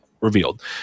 revealed